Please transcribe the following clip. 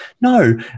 no